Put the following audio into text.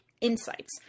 insights